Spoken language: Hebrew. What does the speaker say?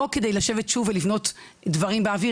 לא כדי לשבת ולבנות דברים באוויר,